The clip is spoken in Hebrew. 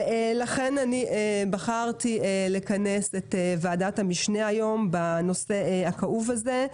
לכן בחרתי לכנס את ועדת המשנה היום ולדון בנושא הכאוב הזה.